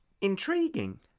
Intriguing